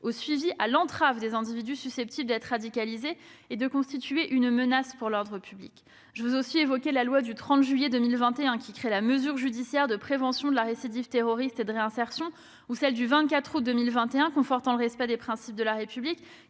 au suivi et à l'entrave des individus susceptibles d'être radicalisés et de constituer une menace pour l'ordre public. Je tiens également à évoquer la loi du 30 juillet 2021, qui a créé la mesure judiciaire de prévention de la récidive terroriste et de réinsertion, ou encore celle du 24 août 2021 confortant le respect des principes de la République,